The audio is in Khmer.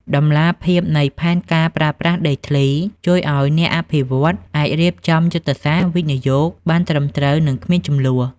តម្លាភាពនៃ "ផែនការប្រើប្រាស់ដីធ្លី" ជួយឱ្យអ្នកអភិវឌ្ឍន៍អាចរៀបចំយុទ្ធសាស្ត្រវិនិយោគបានត្រឹមត្រូវ និងគ្មានជម្លោះ។